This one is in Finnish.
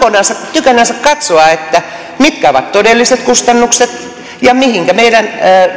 tykönänsä katsoa mitkä ovat todelliset kustannukset ja mihinkä meidän